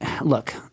look